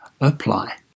apply